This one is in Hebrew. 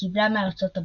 שקיבלה מארצות הברית.